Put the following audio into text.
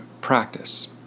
practice